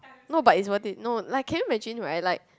no but it's worth it no like can you imagine right like